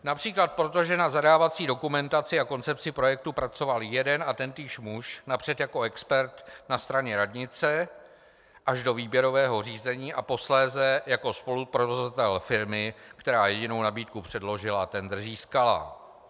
Například proto, že na zadávací dokumentaci a koncepci projektu pracoval jeden a tentýž muž, napřed jako expert na straně radnice až do výběrového řízení a posléze jako spoluprovozovatel firmy, která jedinou nabídku předložila a tendr získala.